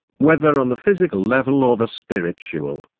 whether on the physical level or the spiritual.